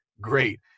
great